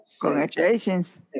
Congratulations